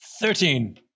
Thirteen